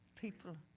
people